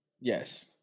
Yes